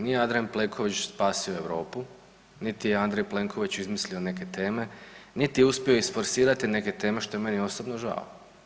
Nije Andrej Plenković spasio Europu niti je Andrej Plenković izmislio neke teme, niti je uspio isforsirati neke teme što je meni osobno žao.